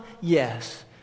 Yes